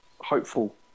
hopeful